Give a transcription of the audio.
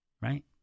Right